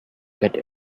get